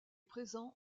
présent